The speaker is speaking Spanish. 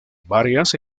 varias